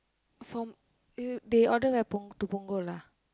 from they order where from Punggol to Punggol ah